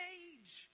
age